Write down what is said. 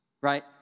right